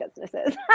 businesses